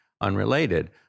unrelated